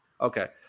okay